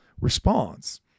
response